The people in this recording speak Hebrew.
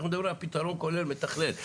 אנחנו מדברים על פיתרון כולל, מתכלל.